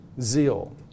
zeal